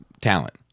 talent